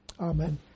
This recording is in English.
Amen